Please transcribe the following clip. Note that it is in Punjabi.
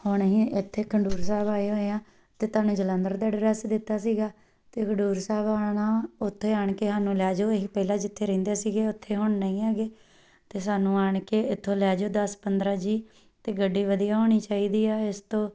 ਹੁਣ ਅਸੀਂ ਇੱਥੇ ਖੰਡੂਰ ਸਾਹਿਬ ਆਏ ਹੋਏ ਹਾਂ ਅਤੇ ਤੁਹਾਨੂੰ ਜਲੰਧਰ ਦਾ ਅਡਰੈਸ ਦਿੱਤਾ ਸੀਗਾ ਅਤੇ ਖੰਡੂਰ ਸਾਹਿਬ ਆਉਣਾ ਉੱਥੇ ਆਣ ਕੇ ਸਾਨੂੰ ਲੈ ਜਾਓ ਅਸੀਂ ਪਹਿਲਾਂ ਜਿੱਥੇ ਰਹਿੰਦੇ ਸੀਗੇ ਉੱਥੇ ਹੁਣ ਨਹੀਂ ਹੈਗੇ ਤਾਂ ਸਾਨੂੰ ਆਣ ਕੇ ਇੱਥੋਂ ਲੈ ਜਾਓ ਦਸ ਪੰਦਰਾ ਜੀਅ ਅਤੇ ਗੱਡੀ ਵਧੀਆ ਹੋਣੀ ਚਾਹੀਦੀ ਆ ਇਸ ਤੋਂ